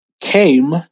came